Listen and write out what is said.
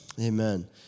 amen